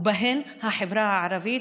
ובהן החברה הערבית.